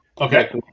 okay